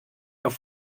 auf